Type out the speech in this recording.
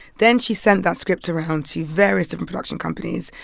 then she sent that script around to various different production companies.